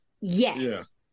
yes